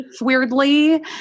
weirdly